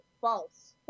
false